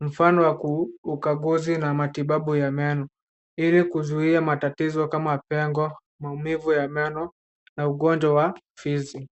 Mfano wa ukaguzi na matibabu ya meno, ili kuzuia matatizo kama pengo, maumivu ya meno na ugonjwa wa fizi.